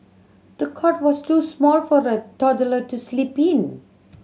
the cot was too small for the toddler to sleep in